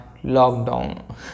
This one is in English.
lockdown